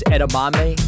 Edamame